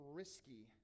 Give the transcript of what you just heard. risky